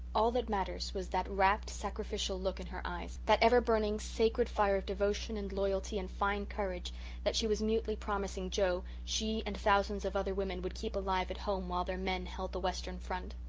all that mattered was that rapt, sacrificial look in her eyes that ever-burning, sacred fire of devotion and loyalty and fine courage that she was mutely promising joe she and thousands of other women would keep alive at home while their men held the western front.